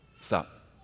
Stop